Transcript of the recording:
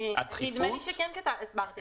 נדמה לי שכן הסברתי.